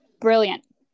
brilliant